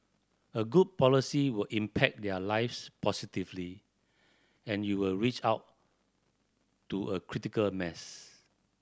a good policy will impact their lives positively and you will reach out to a critical mass